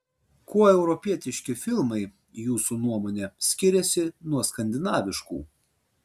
kuo europietiški filmai jūsų nuomone skiriasi nuo skandinaviškų